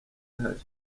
ihari